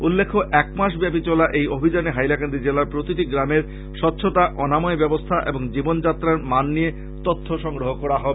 উল্লেখ্য একমাসব্যাপী চলা এই অভিযানে হাইলাকান্দি জেলার প্রতিটি গ্রামের স্বচ্ছতা অনাময় ব্যবস্থা এবং জীবন যাত্রার মান নিয়ে তথ্য সংগ্রহ করা হবে